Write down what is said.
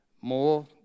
more